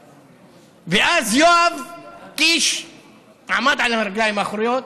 ואז יואב קיש עמד על הרגליים האחוריות,